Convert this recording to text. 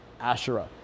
Asherah